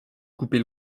couper